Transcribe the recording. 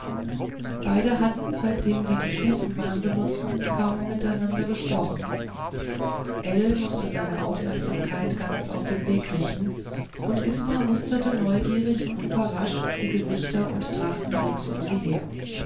beide hatten seitdem sie die stufenbahn benutzten kaum miteinander gesprochen ell mußte seine aufmerksamkeit ganz auf den weg richten und isma musterte neugierig und überrascht die gesichter und trachten rings um sie her